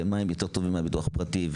ובמה הם יותר טובים מהביטוח הפרטי,